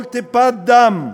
כל טיפת דם,